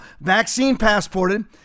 vaccine-passported